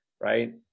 right